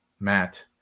Matt